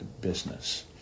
business